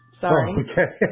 Sorry